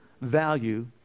value